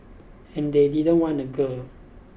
and they didn't want a girl